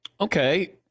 Okay